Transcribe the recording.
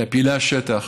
מפעילי השטח,